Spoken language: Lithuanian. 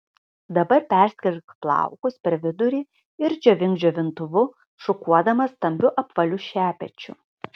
dabar perskirk plaukus per vidurį ir džiovink džiovintuvu šukuodama stambiu apvaliu šepečiu